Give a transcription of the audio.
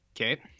Okay